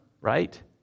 right